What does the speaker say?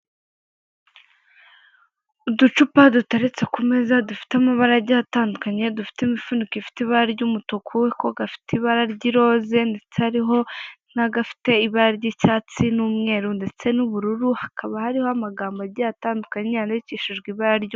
Bamwe mu batunze imbuga nkoranyambaga zo kugura cyangwa ugurisha ukoresheje ikoranabuhanga, bakunze kuba bagirana imikoranire n'abantu bagurusha amasambu yabo, igihe baba bakeneye amafaranga yo gukora igikorwa kimwe cyangwa ikindi mugihugu cy'u Rwanda.